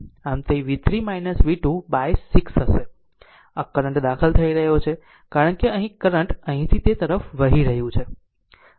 આમ તે v3 v2 by 6 હશે આ કરન્ટ દાખલ થઈ રહ્યો છે કારણ કે અહીં કરંટ અહીંથી તે તરફ વહી રહ્યું છે